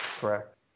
Correct